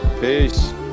Peace